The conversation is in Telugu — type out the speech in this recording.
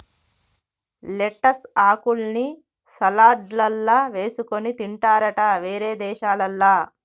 లెట్టస్ ఆకుల్ని సలాడ్లల్ల వేసుకొని తింటారట వేరే దేశాలల్ల